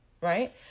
right